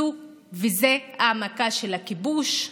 זו העמקה של הכיבוש,